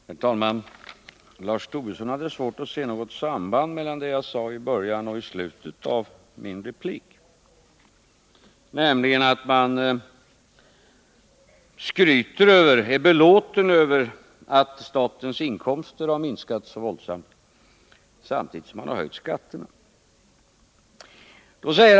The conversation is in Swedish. Herr talman! Lars Tobisson hade svårt att se något samband mellan det som jag sade i början och det som jag sade i slutet av min replik, nämligen detta att man är belåten med att statens inkomster har minskat så våldsamt samtidigt som skatterna har höjts.